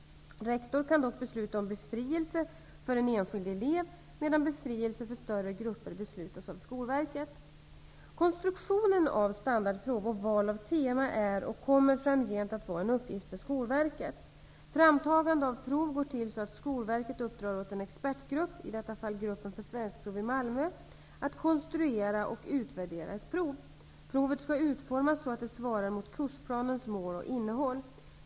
Rektor kan dock besluta om befrielse för enskild elev, medan befrielse för större grupper beslutas av Skolverket. Konstruktionen av standardprov och val av tema är och kommer framgent att vara en uppgift för Skolverket uppdrar åt en expertgrupp -- i detta fall Gruppen för svenskprov i Malmö -- att konstruera och utvärdera ett prov. Provet skall utformas så, att det svarar mot kursplanens mål och innehåll.